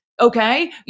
okay